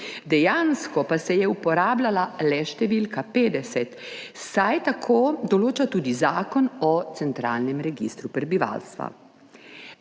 Dejansko pa se je uporabljala le številka 50, saj tako določa tudi Zakon o centralnem registru prebivalstva.